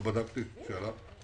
באמת לא בדקתי את זה.